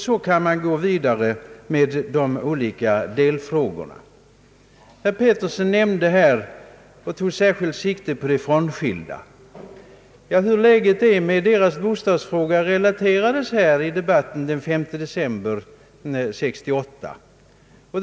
Så kan man gå vidare med de olika delfrågorna. Herr Peterson nämnde här och tog särskilt sikte på de frånskilda. Hur läget är med deras bostadsfråga relaterades i debatten den 5 december 1968.